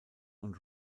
und